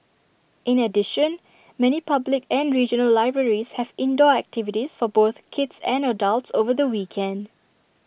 in addition many public and regional libraries have indoor activities for both kids and adults over the weekend